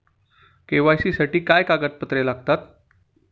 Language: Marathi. के.वाय.सी साठी काय कागदपत्रे लागतात?